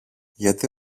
γιατί